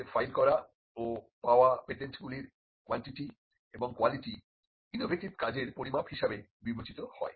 তাদের ফাইল করা এবং পাওয়া পেটেন্ট গুলির কোয়ান্টিটি এবং কোয়ালিটি ইনোভেটিভ কাজের পরিমাপ হিসেবে বিবেচিত হয়